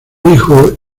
hijo